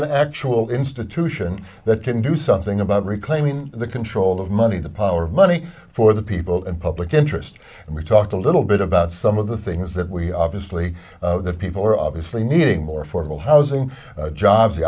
an actual institution that can do something about reclaiming the control of money the power of money for the people and public interest and we talked a little bit about some of the things that we obviously the people are obviously needing more affordable housing jobs the